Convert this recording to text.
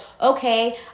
okay